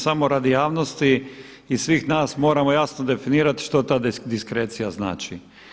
Samo radi javnosti i svih nas moramo jasno definirati što ta diskrecija znači.